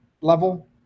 level